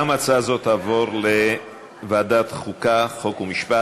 גם הצעה זו תעבור לוועדת החוקה, חוק ומשפט.